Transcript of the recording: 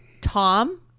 Tom